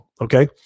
Okay